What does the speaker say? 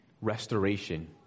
restoration